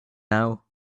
now